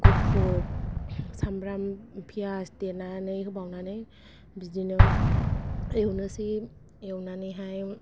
गुफुर सामब्राम पियास देनानै होबावनानै बिदिनो एवनोसै एवनानै हाय